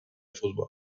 fútbol